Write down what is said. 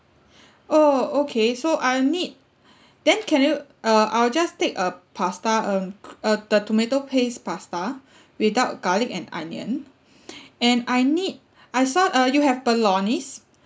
oh okay so I'll need then can you uh I'll just take a pasta um a the tomato based pasta without garlic and onion and I need I saw uh you have bolognese